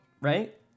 right